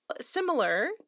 Similar